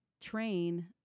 train